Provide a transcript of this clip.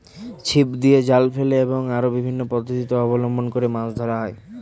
ছিপ দিয়ে, জাল ফেলে এবং আরো বিভিন্ন পদ্ধতি অবলম্বন করে মাছ ধরা হয়